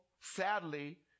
sadly